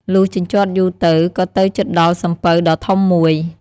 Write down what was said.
លុះជញ្ជាត់យូរទៅ ក៏ទៅជិតដល់សំពៅដ៏ធំមួយ។